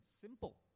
Simple